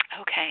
Okay